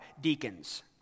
deacons